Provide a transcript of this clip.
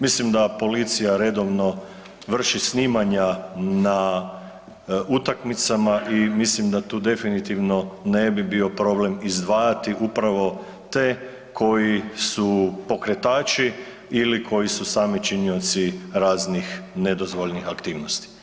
Mislim da policija redovno vrši snimanja na utakmicama i mislim da tu definitivno ne bi bio problem izdvajati upravo te koji su pokretači ili koji su sami činioci raznih nedozvoljenih aktivnosti.